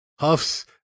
huffs